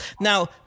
now